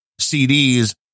CDs